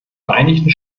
vereinigten